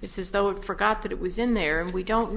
it says though it forgot that it was in there and we don't